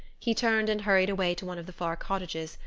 he turned and hurried away to one of the far cottages,